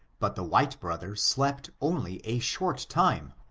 but the white brother slept only a short time,